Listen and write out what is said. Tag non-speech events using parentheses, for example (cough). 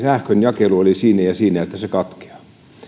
(unintelligible) sähkönjakelu oli siinä ja siinä että se katkeaa